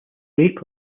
rape